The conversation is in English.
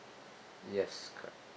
yes